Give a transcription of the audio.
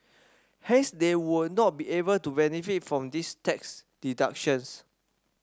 hence they would not be able to benefit from these tax deductions